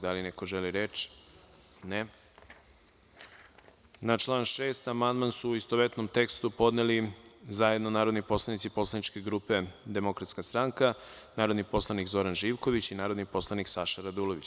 Da li neko želi reč? (Ne.) Na član 6. amandman, u istovetnom tekstu, podneli su zajedno narodni poslanici Poslaničke grupe DS, narodni poslanik Zoran Živković i narodni poslanik Saša Radulović.